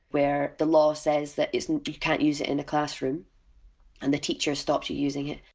where the law says that isn't you can't use it in a classroom and the teacher stops you using it.